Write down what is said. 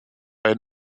ein